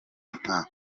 nka